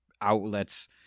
outlets